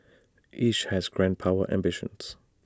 each has grand power ambitions